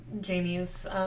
Jamie's